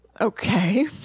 Okay